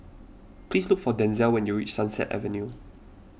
please look for Denzell when you reach Sunset Avenue